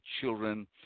children